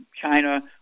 China